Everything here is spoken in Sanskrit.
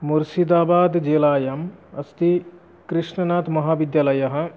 मुर्सिदाबाद् जिलायाम् अस्ति कृष्णनाथ् महाविद्यालयः